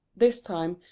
this time,